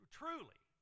truly